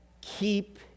keep